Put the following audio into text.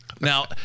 Now